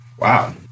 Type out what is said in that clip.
Wow